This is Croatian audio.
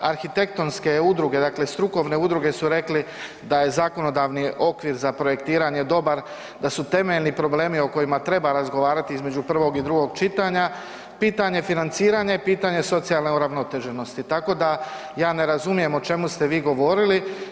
Arhitektonske udruge, dakle strukovne udruge su rekli da je zakonodavni okvir za projektiranje dobar, da su temeljni problemi o kojima treba razgovarati između prvog i drugog čitanja pitanje financiranja, pitanje socijalne uravnoteženosti, tako da ja ne razumijem o čemu ste vi govorili.